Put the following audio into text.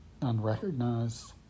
unrecognized